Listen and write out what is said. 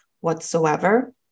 whatsoever